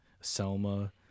Selma